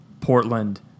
Portland